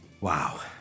Wow